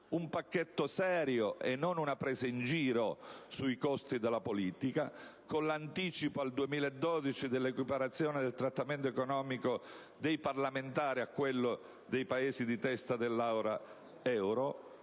un pacchetto serio, e non una presa in giro, sui costi della politica con l'anticipo al 2012 dell'equiparazione del trattamento economico dei parlamentari a quello dei Paesi di testa dell'area euro;